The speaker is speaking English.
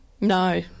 No